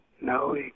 No